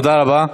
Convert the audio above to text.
תודה רבה.